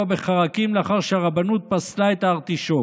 בחרקים לאחר שהרבנות פסלה את הארטישוק.